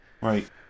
Right